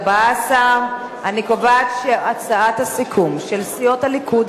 14. אני קובעת שהצעת הסיכום של סיעות הליכוד,